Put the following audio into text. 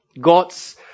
God's